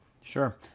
Sure